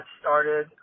started